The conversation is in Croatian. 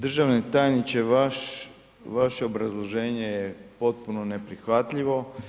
Državni tajniče, vaše obrazloženje je potpuno neprihvatljivo.